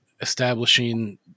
establishing